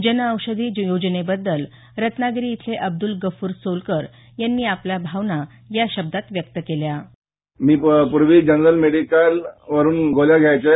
जन औषधी योजनेबद्दल रत्नागिरी इथले अब्दुल गफूर सोलकर यांनी आपल्या भावना या शब्दात व्यक्त केल्या मी प्रवीं जनरल मेडिकल वरून गोळ्या घ्यायचं